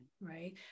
right